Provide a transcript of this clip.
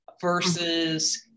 versus